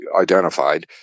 identified